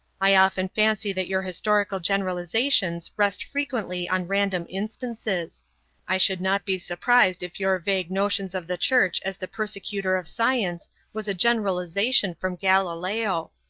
i often fancy that your historical generalizations rest frequently on random instances i should not be surprised if your vague notions of the church as the persecutor of science was a generalization from galileo.